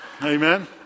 Amen